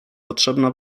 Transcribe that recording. potrzebna